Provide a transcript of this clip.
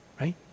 Right